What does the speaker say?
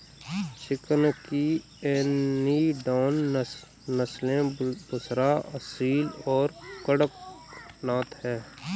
chicken की इनिडान नस्लें बुसरा, असील और कड़कनाथ हैं